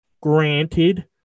Granted